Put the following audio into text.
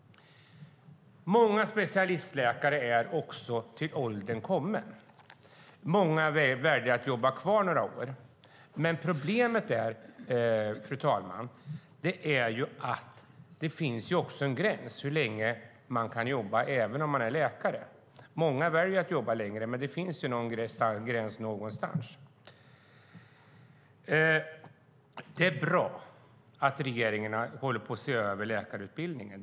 Många specialistläkare är också till åren komna. Många väljer att jobba kvar några år, men det finns en gräns för hur länge man kan jobba om man är läkare. Det är bra att regeringen håller på att se över läkarutbildningen.